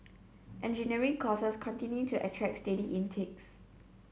engineering courses continue to attract steady intakes